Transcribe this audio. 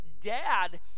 dad